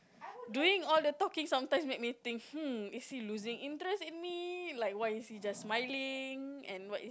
doing all the talking sometimes make me think hmm is he losing interest in me like why is he just smiling and what is